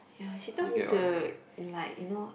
she told me to like you know